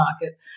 market